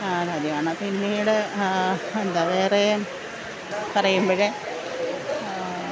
കാര്യമാണ് പിന്നീട് എന്താണു വേറെ പറയുമ്പഴെ